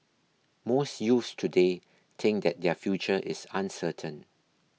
most youths today think that their future is uncertain